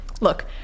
look